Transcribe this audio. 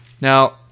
Now